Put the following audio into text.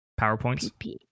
PowerPoints